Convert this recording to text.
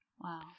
Wow